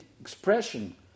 expression